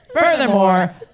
Furthermore